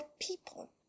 people